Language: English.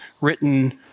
written